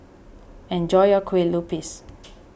enjoy your Kueh Lupis